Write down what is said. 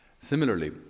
similarly